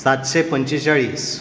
सातशे पंचेचाळीस